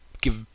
give